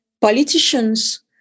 politicians